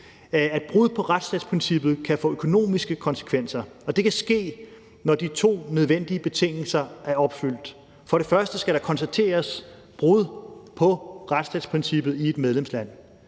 at brud på retsstatsprincippet kan få økonomiske konsekvenser, og det kan ske, når de to nødvendige betingelser er opfyldt. For det første skal der konstateres brud på retsstatsprincippet i et medlemsland,